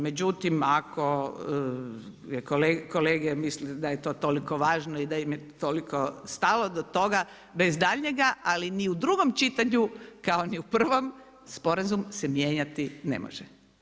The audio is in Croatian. Međutim, ako kolege misle da je to toliko važno i da im je toliko stalo do toga, bez daljnjega ali ni u drugom čitanju, kao ni u prvom sporazum se mijenjati ne može.